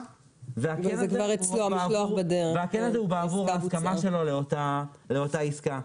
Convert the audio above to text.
וה"כן" הזה הוא בעבור הסכמה שלו לאותה עסקה.